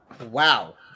Wow